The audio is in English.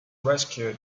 rescued